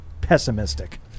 pessimistic